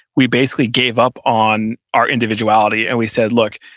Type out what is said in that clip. we basically gave up on our individuality and we said, look,